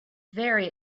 very